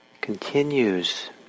continues